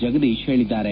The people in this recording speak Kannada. ಜಗದೀಶ್ ಹೇಳಿದ್ದಾರೆ